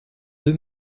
deux